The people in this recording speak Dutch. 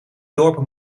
dorpen